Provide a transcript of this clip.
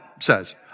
says